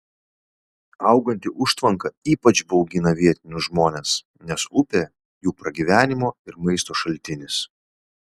auganti užtvanka ypač baugina vietinius žmones nes upė jų pragyvenimo ir maisto šaltinis